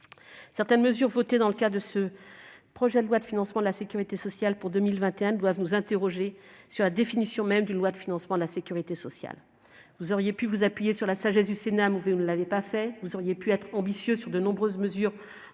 Certaines mesures votées dans le cadre de ce texte doivent nous interroger sur la définition même d'une loi de financement de la sécurité sociale. Vous auriez pu vous appuyer sur la sagesse du Sénat, mais vous ne l'avez pas fait. Vous auriez pu être ambitieux sur de nombreuses mesures,